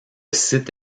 site